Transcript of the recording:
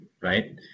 right